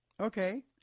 Okay